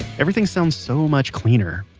everything sounds so much cleaner.